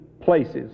places